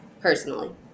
personally